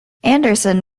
anderson